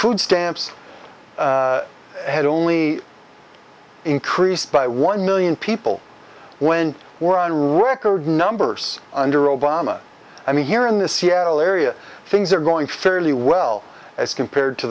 food stamps had only increased by one million people when we're on record numbers under obama i mean here in the seattle area things are going fairly well as compared to